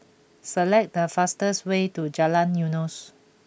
select the fastest way to Jalan Eunos